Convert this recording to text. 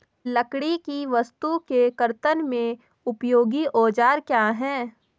लकड़ी की वस्तु के कर्तन में उपयोगी औजार क्या हैं?